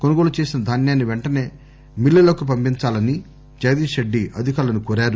కొనుగోలు చేసిన ధాన్యాన్ని పెంటసే మిల్లులకు పంపించాలని జగదీష్ రెడ్డి అధికారులను కోరారు